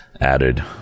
added